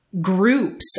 groups